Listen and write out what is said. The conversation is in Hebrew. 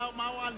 מה הועלנו?